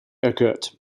eckert